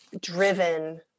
driven